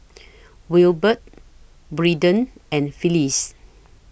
Wilbert Braeden and Phylis